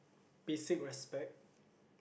basic respect